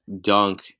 dunk